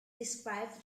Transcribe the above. described